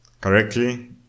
correctly